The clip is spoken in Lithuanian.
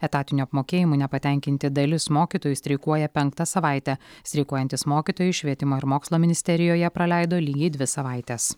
etatiniu apmokėjimu nepatenkinti dalis mokytojų streikuoja penktą savaitę streikuojantys mokytojai švietimo ir mokslo ministerijoje praleido lygiai dvi savaites